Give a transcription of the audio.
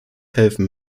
helfen